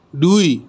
দুই